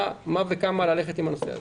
מה וכמה ללכת עם הנושא הזה.